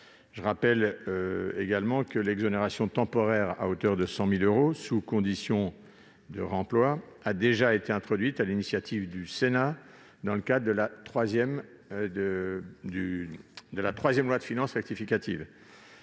Je rappelle également que l'exonération temporaire à hauteur de 100 000 euros, sous condition de réemploi, a déjà été introduite sur l'initiative du Sénat, dans le cadre de la troisième loi de finances rectificative